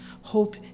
hope